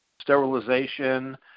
sterilization